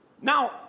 now